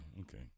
okay